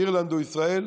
אירלנד או ישראל.